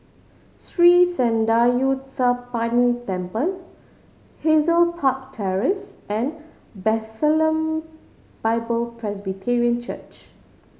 Sri Thendayuthapani Temple Hazel Park Terrace and Bethlehem Bible Presbyterian Church